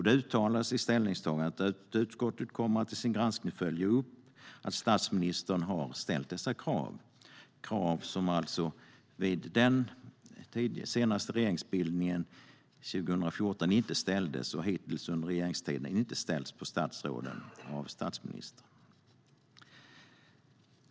Det uttalas i ställningstagandet att utskottet i sin granskning kommer att följa upp att statsministern har ställt dessa krav, alltså krav som inte ställdes vid den senaste regeringsbildningen 2014 och som hittills under regeringstiden inte har ställts på statsråden av statsministern.